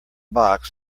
box